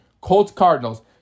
Colts-Cardinals